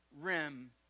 rim